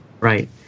Right